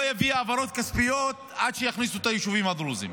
יביא העברות כספיות עד שיכניסו את היישובים הדרוזיים,